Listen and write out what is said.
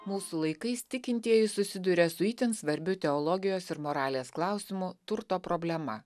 mūsų laikais tikintieji susiduria su itin svarbiu teologijos ir moralės klausimu turto problema